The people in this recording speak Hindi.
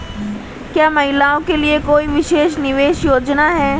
क्या महिलाओं के लिए कोई विशेष निवेश योजना है?